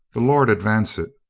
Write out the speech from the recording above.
the lord advance it!